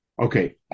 Okay